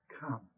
come